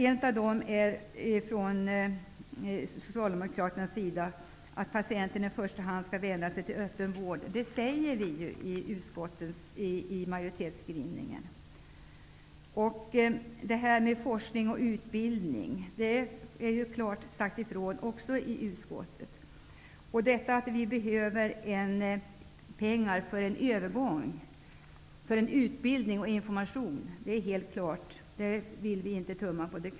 En av dem är den där Socialdemokraterna föreslår att patienterna i första hand skall vända sig till öppenvården. Det säger vi också i majoritetsskrivningen. Det som sägs i reservation 9 om forskning och utbildning är också klart utsagt av utskottsmajoriteten. Att det behövs pengar för utbildning och information är helt klart. Det kravet vill vi inte tumma på.